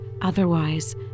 otherwise